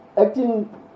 acting